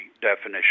definition